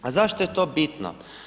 A zašto je to bitno?